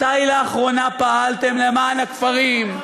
מתי לאחרונה פעלתם למען הכפרים?